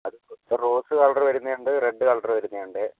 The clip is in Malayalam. അത് ഇപ്പോൾ റോസ് കളറ് വരുന്നതുണ്ട് റെഡ് കളറ് വരുന്നതുണ്ട്